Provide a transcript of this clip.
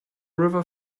river